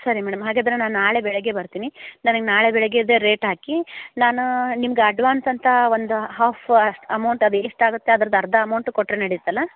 ಸರಿ ಮೇಡಮ್ ಹಾಗಾದರೆ ನಾನು ನಾಳೆ ಬೆಳಗ್ಗೆ ಬರ್ತೀನಿ ನನಗೆ ನಾಳೆ ಬೆಳಿಗ್ಗೆದು ರೇಟ್ ಹಾಕಿ ನಾನು ನಿಮ್ಗೆ ಅಡ್ವಾನ್ಸ್ ಅಂತ ಒಂದು ಹಾಫ್ ಅಮೌಂಟ್ ಅದು ಎಷ್ಟಾಗುತ್ತೆ ಅದ್ರದ್ದು ಅರ್ಧ ಅಮೌಂಟ್ ಕೊಟ್ಟರೆ ನಡೀತಲ್ಲ